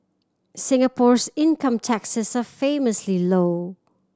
Singapore's income taxes are famously low